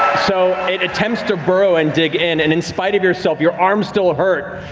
so it attempts to burrow and dig in and in spite of yourself, your arms still hurt,